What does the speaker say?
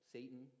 Satan